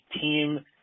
team